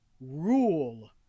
rule